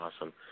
Awesome